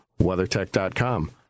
weathertech.com